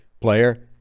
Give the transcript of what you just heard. player